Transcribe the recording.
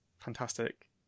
fantastic